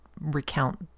recount